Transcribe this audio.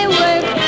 work